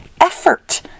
effort